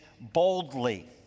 boldly